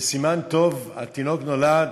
בסימן טוב, התינוק נולד,